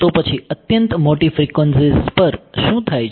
તો પછી અત્યંત મોટી ફ્રીક્વન્સીઝ પર શું થાય છે